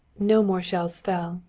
no more shells fell.